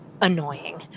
annoying